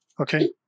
Okay